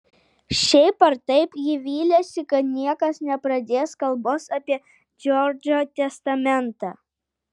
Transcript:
šiaip ar taip ji vylėsi kad niekas nepradės kalbos apie džordžo testamentą